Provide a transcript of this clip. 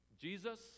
Jesus